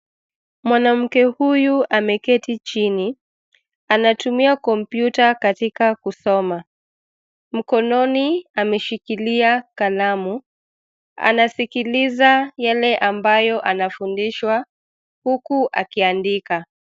Mwanamke huyu ameketi chini, anatumia kompyuta katika kusoma, mkononi ameshikilia kalamu, anasikiliza yale ambayo anafundishwa, huku akiandika.